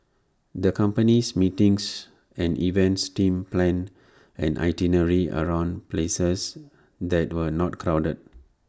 the company's meetings and events team planned an itinerary around places that were not crowded